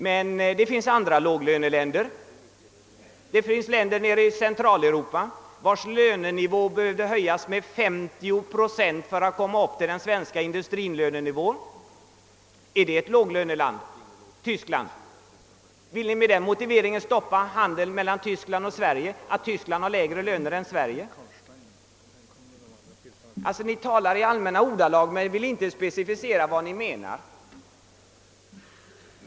Men det finns andra låglöneländer, t.ex. i Centraleuropa, vilkas lönenivå behövde höjas med 50 procent för att komma upp till den svenska lönenivån. Tyskland är ett sådant låglöneland. Vill ni stoppa handeln mellan Tyskland och Sverige med den motiveringen att Tyskland har lägre löner än Sverige? Ni talar i allmänna ordalag, men vill ni specificera vad ni menar?